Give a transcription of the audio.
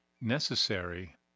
Necessary